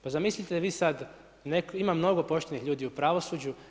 Pa zamislite vi sad, ima mnogo poštenih ljudi u pravosuđu.